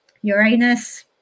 Uranus